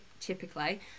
typically